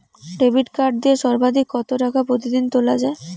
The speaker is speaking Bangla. ডেবিট কার্ড দিয়ে সর্বাধিক কত টাকা প্রতিদিন তোলা য়ায়?